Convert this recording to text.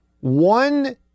one